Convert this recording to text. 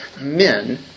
men